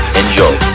enjoy